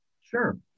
Sure